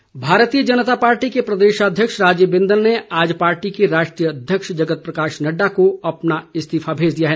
बिंदल इस्तीफा भारतीय जनता पार्टी के प्रदेशाध्यक्ष राजीव बिंदल ने आज पार्टी के राष्ट्रीय अध्यक्ष जगत प्रकाश नड़डा को अपना इस्तीफा मेज दिया है